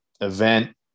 event